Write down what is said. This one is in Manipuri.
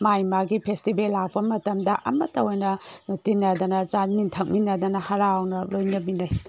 ꯃꯥꯏ ꯃꯥꯒꯤ ꯐꯦꯁꯇꯤꯕꯦꯜ ꯂꯥꯛꯄ ꯃꯇꯝꯗ ꯑꯃꯇ ꯑꯣꯏꯅ ꯇꯤꯟꯅꯗꯅ ꯆꯥꯃꯤꯟ ꯊꯛꯃꯤꯟꯅꯗꯅ ꯍꯥꯔꯥꯎꯅ ꯂꯣꯏꯅꯃꯤꯟꯅꯩ